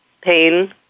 Pain